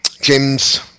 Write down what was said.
James